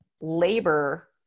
labor